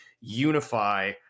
Unify